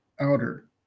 outer